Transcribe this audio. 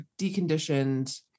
deconditioned